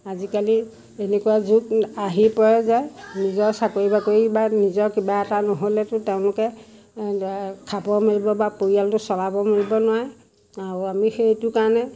আজিকালি এনেকুৱা যুগ আহি পৰে যে নিজৰ চাকৰি বাকৰি বা নিজৰ কিবা এটা নহ'লেতো তেওঁলোকে খাব মেলিব বা পৰিয়ালটো চলাব মেলিব নোৱাৰে আৰু আমি সেইটো কাৰণে